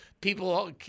People